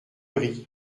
riz